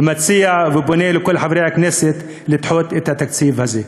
ואני מציע ופונה לכל חברי הכנסת לדחות את התקציב הזה.